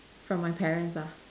from my parents ah